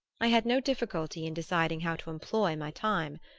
i had no difficulty in deciding how to employ my time.